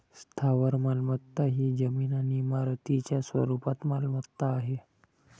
स्थावर मालमत्ता ही जमीन आणि इमारतींच्या स्वरूपात मालमत्ता आहे